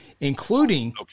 including